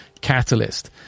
catalyst